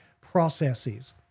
processes